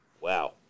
Wow